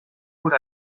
por